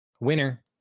winner